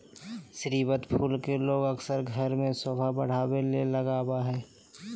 स्रीवत फूल के लोग अक्सर घर में सोभा बढ़ावे ले लगबा हइ